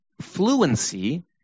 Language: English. fluency